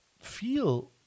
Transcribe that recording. feel